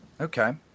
Okay